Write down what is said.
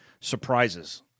Surprises